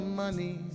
money